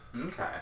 Okay